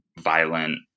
violent